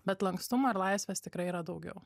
bet lankstumo ir laisvės tikrai yra daugiau